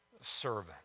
servant